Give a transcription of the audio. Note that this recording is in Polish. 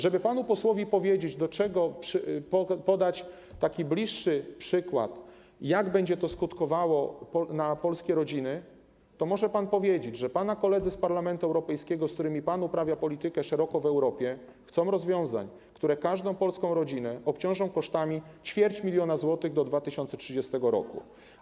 Żeby panu posłowi powiedzieć, podać taki bliższy przykład, jak będzie to skutkowało na polskie rodziny, może pan powiedzieć, że pana koledzy z Parlamentu Europejskiego, z którymi pan uprawia politykę szeroko w Europie, chcą rozwiązań, które każdą polską rodzinę obciążą kosztami ćwierć miliona złotych do 2030 r.